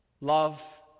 Love